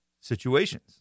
situations